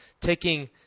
taking